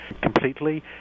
completely